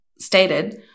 Stated